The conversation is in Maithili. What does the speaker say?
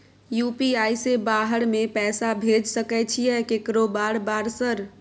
यु.पी.आई से बाहर में पैसा भेज सकय छीयै केकरो बार बार सर?